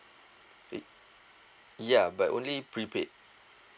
eh ya but only prepaid